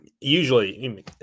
usually